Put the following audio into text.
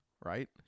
right